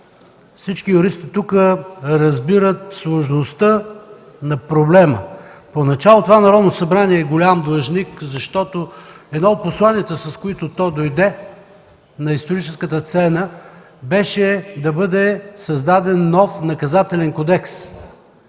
Всички юристи тук разбират сложността на проблема. Поначало това Народно събрание е голям длъжник, защото едно от посланията, с които то дойде на историческата сцена, беше да бъде създаден нов Наказателен кодекс.